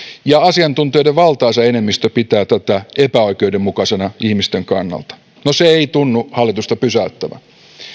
ja asiantuntijoiden valtaisa enemmistö pitää tätä epäoikeudenmukaisena ihmisten kannalta no se ei tunnu hallitusta pysäyttävän